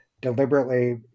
deliberately